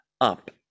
up